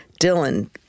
Dylan